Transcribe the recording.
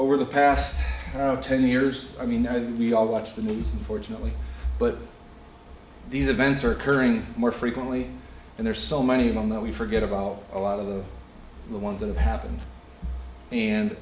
over the past ten years i mean i think we all watch the news unfortunately but these events are occurring more frequently and there's so many of them that we forget about a lot of the ones that have happened and